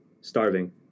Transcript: starving